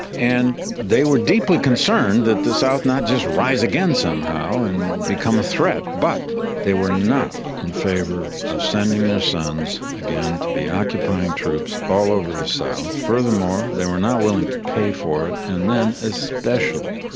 and they were deeply concerned that the south and not just rise again somehow and become a threat. but they were not in favour of sending their sons again to be occupying troops all over the south furthermore, they were not willing to pay for it and then especially